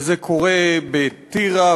וזה קורה בטירה,